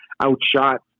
outshot